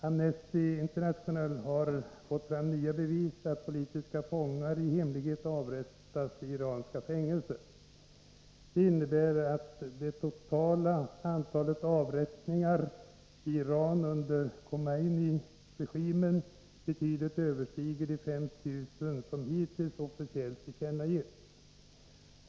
Amnesty International har fått fram nya bevis på att politiska fångar i hemlighet har avrättats i iranska fängelser. Det innebär att det totala antalet avrättningar i Iran sedan revolutionen 1979 betydligt överstiger de 5 000 som hittills officiellt tillkännagivits.